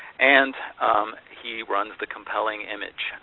and he runs the compelling image.